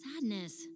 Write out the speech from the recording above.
Sadness